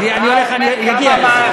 אני אגיע לזה.